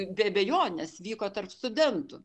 be abejonės vyko tarp studentų